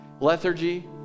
lethargy